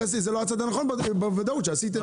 זה לא הצד הנכון בוודאות שעשיתם.